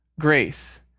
grace